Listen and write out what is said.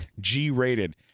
G-rated